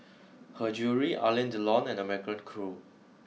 her Jewellery Alain Delon and American Crew